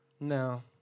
No